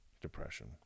depression